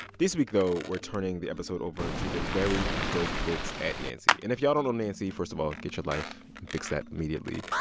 this week, though, we're turning the episode over to the very dope folks at nancy. and if y'all don't know nancy, first of all, get your life fix that immediately.